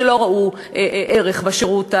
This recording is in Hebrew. שלא ראו ערך בשירות הצבאי,